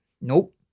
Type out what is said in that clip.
Nope